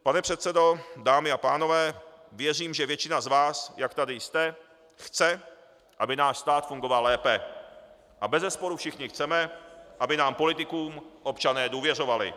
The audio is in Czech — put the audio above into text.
Pane předsedo, dámy a pánové, věřím, že většina z vás, jak tady jste, chce, aby náš stát fungoval lépe, a bezesporu všichni chceme, aby nám politikům občané důvěřovali.